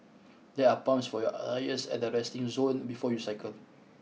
there are pumps for your tyres at the resting zone before you cycle